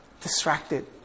distracted